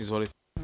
Izvolite.